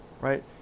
right